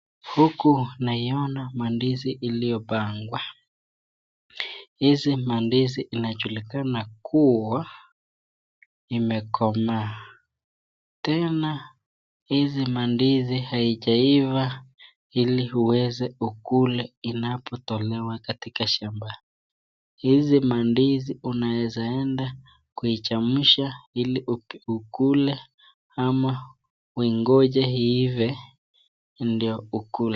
Huku naiona mandizi iliopangwa, hizi mandizi ina julikana kuwa ime komaa tena hizi mandizi hazija weza kuivaa ili ukule inapo tolewa katika shamba, hizi mandizi una ezaa enda kuichemsha ili uweze ukule ama uingoje iive ndio uikule.